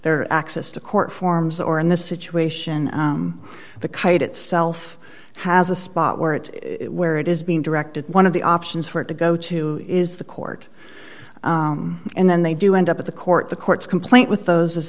their access to court forms or in this situation the kite itself has a spot where it where it is being directed one of the options for it to go to is the court and then they do end up at the court the court's complaint with those is